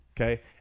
okay